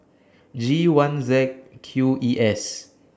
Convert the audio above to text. G one Z Q E S